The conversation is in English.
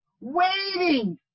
waiting